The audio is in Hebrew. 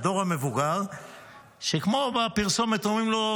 שכמו בפרסומת אומרים לו,